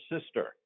sister